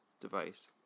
device